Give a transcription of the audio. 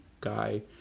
guy